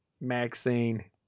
Maxine